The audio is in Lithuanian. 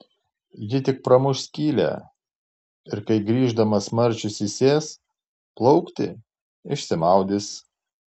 ji tik pramuš skylę ir kai grįždamas marčius įsės plaukti išsimaudys